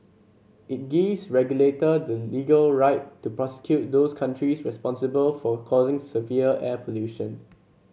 it gives regulators the legal right to prosecute those countries responsible for causing severe air pollution